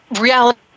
reality